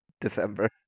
December